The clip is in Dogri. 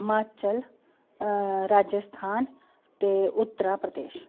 हिमाचल राजस्थान ते उत्तरप्रदेश